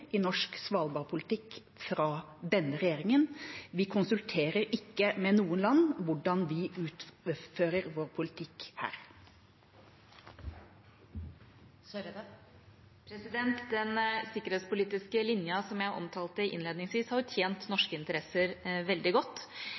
i norsk svalbardpolitikk fra denne regjeringa. Vi konsulterer ikke med noen land om hvordan vi utfører vår politikk her. Det blir oppfølgingsspørsmål – først Ine Eriksen Søreide. Den sikkerhetspolitiske linja som jeg omtalte innledningsvis, har tjent norske interesser veldig godt.